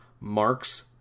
marks